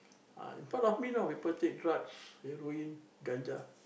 in front of me you know people take drugs heroin gajah